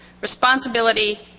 responsibility